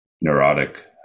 neurotic